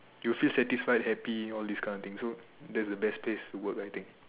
you feel satisfied happy all this kind of things so that is the best place to work I think